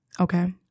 Okay